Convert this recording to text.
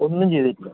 ഒന്നും ചെയ്തിട്ടില്ല